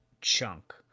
chunk